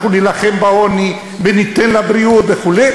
אנחנו נילחם בעוני וניתן לבריאות וכו',